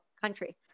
country